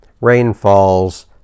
rainfalls